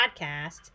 podcast